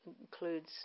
includes